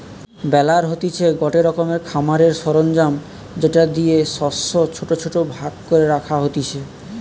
বেলার হতিছে গটে রকমের খামারের সরঞ্জাম যেটা দিয়ে শস্যকে ছোট ছোট ভাগ করে রাখা হতিছে